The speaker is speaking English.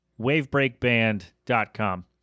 wavebreakband.com